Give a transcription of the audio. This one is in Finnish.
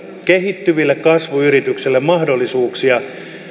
kehittyville kasvuyrityksille mahdollisuuksia